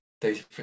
data